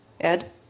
Ed